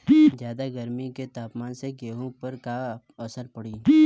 ज्यादा गर्मी के तापमान से गेहूँ पर का असर पड़ी?